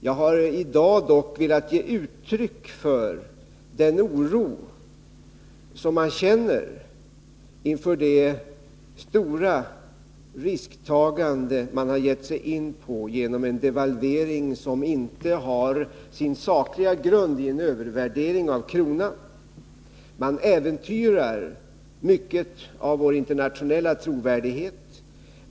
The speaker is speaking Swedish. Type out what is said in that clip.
Jag har i dag dock velat ge uttryck för oron inför det stora risktagande regeringen har gett sig in på genom en devalvering som inte har sin sakliga grund i en övervärdering av kronan. Man äventyrar mycket av vår internationella trovärdighet.